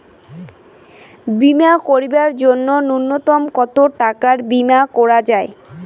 বীমা করিবার জন্য নূন্যতম কতো টাকার বীমা করা যায়?